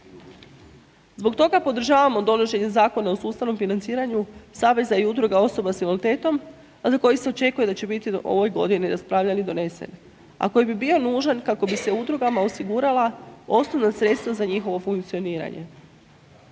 Zbog toga podržavamo donošenje Zakona o sustavnom financiranju saveza i udruga osoba s invaliditetom, a za koji se očekuje da će biti do ove godine raspravljan i donesen, a koji bi bio nužan kako bi se udrugama osigurala osnovna sredstva za njihovo funkcioniranje.